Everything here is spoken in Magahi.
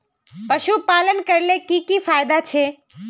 पशुपालन करले की की फायदा छे?